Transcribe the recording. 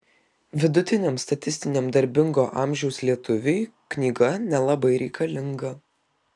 vidutiniam statistiniam darbingo amžiaus lietuviui knyga nelabai reikalinga